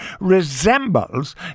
resembles